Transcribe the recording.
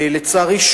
לצערי,